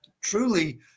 truly